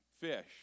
fish